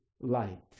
light